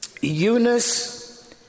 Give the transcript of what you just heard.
Eunice